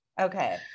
Okay